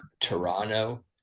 Toronto